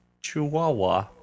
Chihuahua